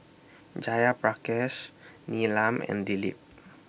Jayaprakash Neelam and Dilip